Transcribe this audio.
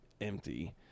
empty